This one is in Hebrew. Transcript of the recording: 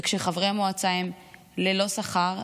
וכשחברי המועצה הם ללא שכר,